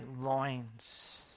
loins